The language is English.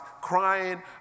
crying